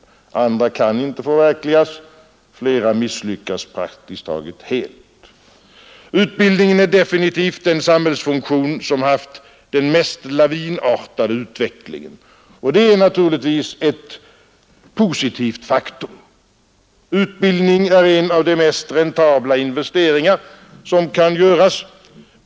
Andra kan inte förverkligas. Flera misslyckas praktiskt taget helt. Utbildningen är definitivt den samhällsfunktion som haft den mest lavinartade utvecklingen, och det är naturligtvis ett positivt faktum. Utbildning är en av de mest räntabla investeringar som kan göras.